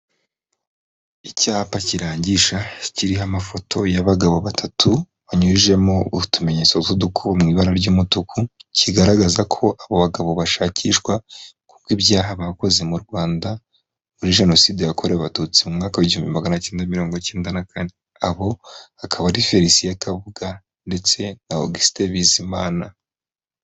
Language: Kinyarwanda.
Icyapa kirangisha kiriho amafoto y'abagabo batatu banyujijemo utumenyetso tw'udukubo mu ibara ry'umutuku kigaragaza ko abo bagabo bashakishwa kuko ibyaha bakoze mu Rwanda muri jenoside yakorewe abatutsi mu mwaka w'igihumbi kimwe magana acyenda mirongo icyenda na kane, abo akaba ari felicien kabuga ndetse na Augustin Bizimana.